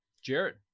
Jared